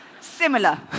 similar